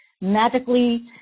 magically